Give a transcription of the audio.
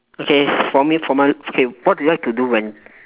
okay for me for mine okay what do you like to do when